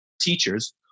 teachers